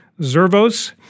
Zervos